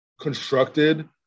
constructed